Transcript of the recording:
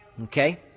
Okay